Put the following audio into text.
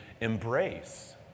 embrace